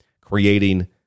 creating